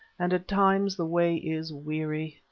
and at times the way is weary.